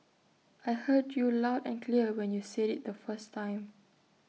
I heard you loud and clear when you said IT the first time